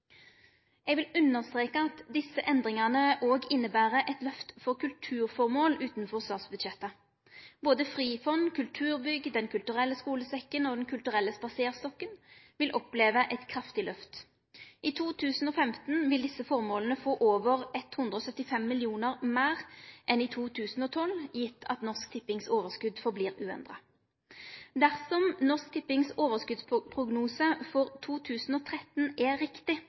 Eg vil understreke at desse endringane òg inneber eit lyft for kulturføremål utanfor statsbudsjettet. Både Frifond, kulturbygg, Den kulturelle skulesekken og Den kulturelle spaserstokken vil oppleve eit kraftig lyft. I 2015 vil desse føremåla få over 175 mill. kr meir enn i 2012, gitt at Norsk Tippings overskot held seg uendra. Dersom Norsk Tippings overskotsprognose for 2013 er riktig,